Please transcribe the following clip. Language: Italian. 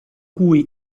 cui